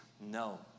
no